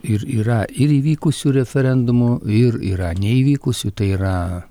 ir yra ir įvykusių referendumų ir yra neįvykusių tai yra